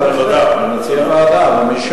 אדוני מציע ועדה ונראה מה האחרים חושבים.